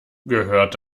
gehört